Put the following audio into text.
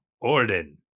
Orden